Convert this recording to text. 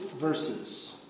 verses